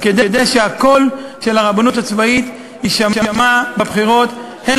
כדי שהקול של הרבנות הצבאית יישמע בבחירות הן